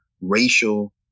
racial